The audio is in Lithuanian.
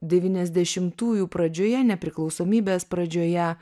devyniasdešimtųjų pradžioje nepriklausomybės pradžioje